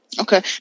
okay